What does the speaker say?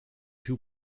two